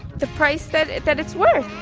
the price that that it's worth.